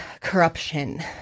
corruption